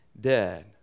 dead